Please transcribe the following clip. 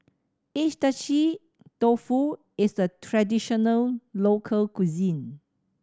Agedashi Dofu is a traditional local cuisine